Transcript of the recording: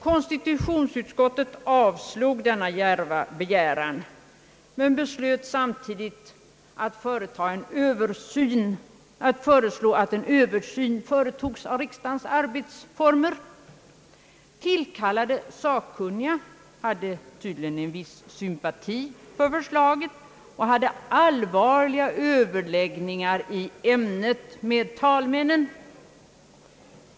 Konstitutionsutskottet avslog denna djärva begäran, men beslöt samtidigt att en översyn skulle företagas av riksdagens arbetsformer. Tillkallade sakkunniga hade tydligen en viss sympati för förslaget och hade allvarliga överläggningar i ämnet med talmännen.